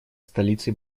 столицей